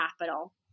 capital